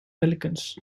pelicans